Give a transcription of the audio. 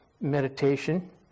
meditation